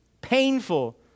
painful